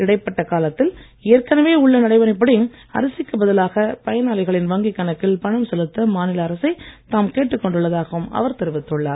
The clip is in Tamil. இடைபட்ட காலத்தில் ஏற்கனவே உள்ள நடைமுறைப்படி அரிசிக்கு பதிலாக பயனாளிகளின் வங்கி கணக்கில் பணம் செலுத்த மாநில அரசை தாம் கேட்டுக் கொண்டுள்ளதாகவும் அவர் தெரிவித்துள்ளார்